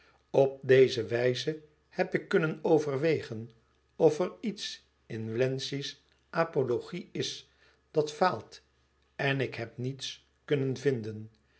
op deze wijze heb ik kunnen overwegen of er iets in wlenzci's apologie is dat faalt en ik heb niets kunnen vinden